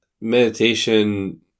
Meditation